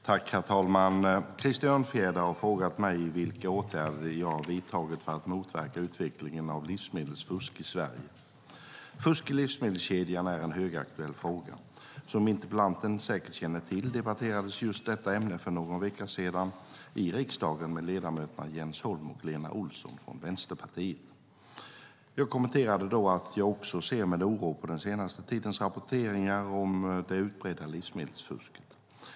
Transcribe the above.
Herr talman! Krister Örnfjäder har frågat mig vilka åtgärder jag har vidtagit för att motverka utvecklingen av livsmedelsfusk i Sverige. Fusk i livsmedelskedjan är en högaktuell fråga. Som interpellanten säkert känner till debatterades just detta ämne för någon vecka sedan i riksdagen med ledamöterna Jens Holm och Lena Olsson från Vänsterpartiet. Jag kommenterade då att jag också ser med oro på den senaste tidens rapporteringar om det utbredda livsmedelsfusket.